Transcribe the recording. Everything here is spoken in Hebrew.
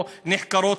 או נחקרות,